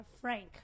Frank